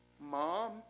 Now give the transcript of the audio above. mom